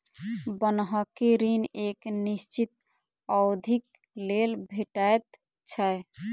बन्हकी ऋण एक निश्चित अवधिक लेल भेटैत छै